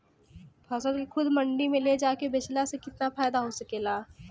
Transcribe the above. फसल के खुद मंडी में ले जाके बेचला से कितना फायदा हो सकेला?